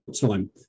time